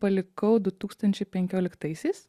palikau du tūkstančiai penkioliktaisiais